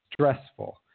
stressful